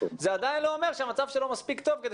זה עדיין לא אומר שהמצב שלו מספיק טוב כדי